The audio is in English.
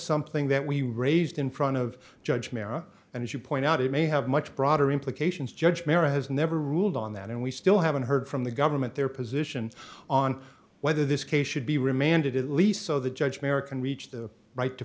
something that we raised in front of judge mera and as you point out it may have much broader implications judge mary has never ruled on that and we still haven't heard from the government their position on whether this case should be remanded at least so the judge merican reached the right to